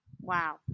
wow